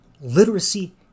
Literacy